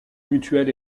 mutuel